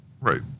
Right